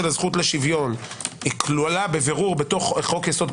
הזכות לשוויון כלולה בבירור בתוך חוק יסוד?